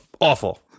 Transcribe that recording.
Awful